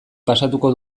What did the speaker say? pasatuko